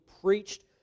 preached